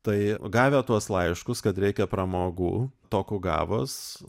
tai gavę tuos laiškus kad reikia pramogų tokugavos